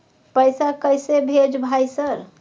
पैसा कैसे भेज भाई सर?